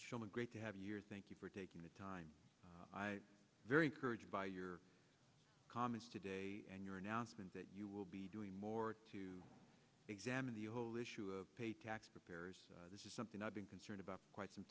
shola great to have yours thank you for taking the time i very encouraged by your comments today and your announcement that you will be doing more to examine the whole issue of pay tax preparers this is something i've been concerned about quite some